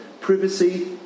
privacy